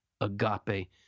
agape